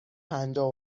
پنجاه